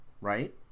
right